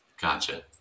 Gotcha